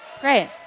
Great